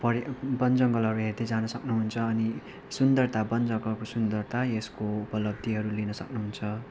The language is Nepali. पऱ्य बन जङ्गलहरू हेर्दै जानु सक्नुहुन्छ अनि सुन्दरता वन जङ्गलको सुन्दरता यसको उपलब्धिहरू लिनु सक्नुहुन्छ